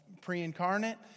pre-incarnate